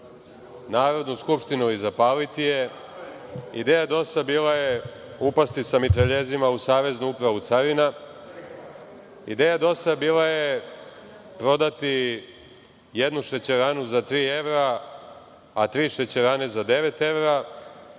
Narodnu skupštinu i zapaliti je, ideja DOS-a bila je upasti sa mitraljezima u Saveznu upravu carina, ideja DOS-a je prodati jednu šećeranu za tri evra, a tri šećerane za devet evra,